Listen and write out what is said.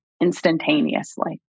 instantaneously